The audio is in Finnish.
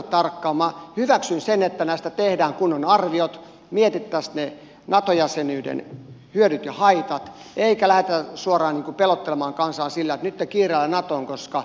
minä hyväksyn sen että näistä tehdään kunnon arviot mietitään ne nato jäsenyyden hyödyt ja haitat eikä lähdetä suoraan pelottelemaan kansaa sillä että nytten kiireellä natoon koska muuten karhu tulee